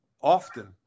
often